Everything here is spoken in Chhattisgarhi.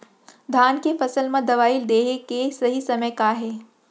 धान के फसल मा दवई देहे के सही समय का हे?